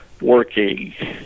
working